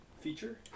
feature